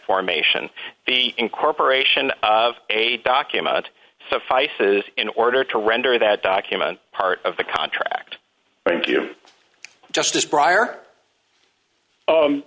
formation the incorporation of a document suffices in order to render that document part of the contract thank you justice brier